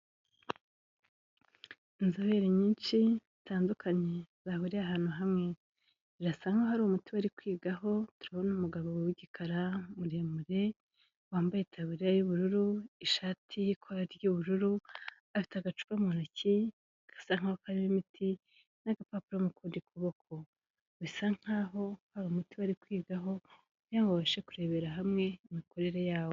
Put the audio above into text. Inzobere nyinshi zitandukanye zahuriye ahantu hamwe, birasa nkaho hari umuti bari kwigaho, turabona umugabo w'igikara muremure, wambaye itaburiya y'ubururu, ishati y'ikora ry'ubururu, afite agacupa mu ntoki gasa nkaho karimo imiti, n'agapapuro mu kundi kuboko, bisa nkaho hari muti bari kwigaho, kugira ngo babashe kurebera hamwe imikorere yawo.